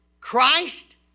Christ